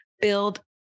build